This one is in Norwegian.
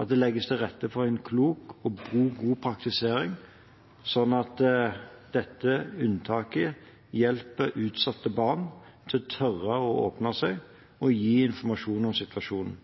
at det legges til rette for en klok og god praktisering, slik at dette unntaket hjelper utsatte barn til å tørre å åpne seg og gi informasjon om situasjonen,